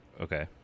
Okay